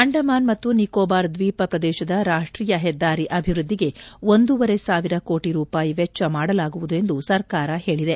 ಅಂಡಮಾನ್ ಮತ್ತು ನಿಕೋಬಾರ್ ದ್ವೀಪ ಪ್ರದೇಶದ ರಾಷ್ಷೀಯ ಹೆದ್ದಾರಿ ಅಭಿವೃದ್ದಿಗೆ ಒಂದೂವರೆ ಸಾವಿರ ಕೋಟ ರೂಪಾಯಿ ವೆಚ್ಚ ಮಾಡಲಾಗುವುದು ಎಂದು ಸರ್ಕಾರ ಹೇಳಿದೆ